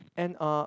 and uh